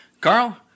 Carl